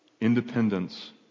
Independence